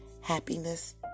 happiness